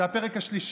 זה כבר הפרק השלישי,